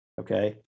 Okay